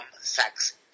sex